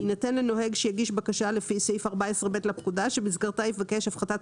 יינתן לנוהג שיגיש בקשה לפי סעיף 14ב לפקודה שבמסגרתה יבקש הפחתת